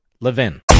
LEVIN